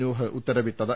നൂഹ് ഉത്തരവിട്ടത്